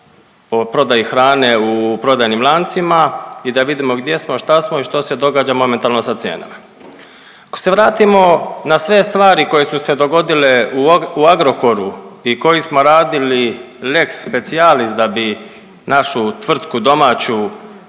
o prodaji hrane u prodajnim lancima i da vidimo gdje smo, šta smo i što se događa momentalno sa cijenama. Ako se vratimo na sve stvari koje su se dogodile u Agrokoru i koji smo radili lex specialis da bi našu tvrtku domaću